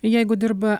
jeigu dirba